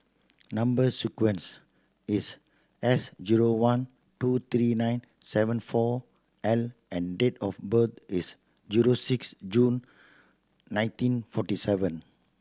number sequence is S zero one two three nine seven four L and date of birth is zero six June nineteen forty seven